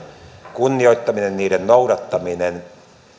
kunnioittaminen niiden noudattaminen minä itse